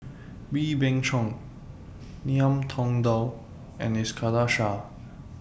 Wee Beng Chong Ngiam Tong Dow and Iskandar Shah